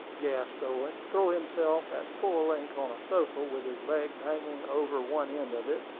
gasped owen, throwing himself at full length on a sofa, with his legs hanging over one end of it,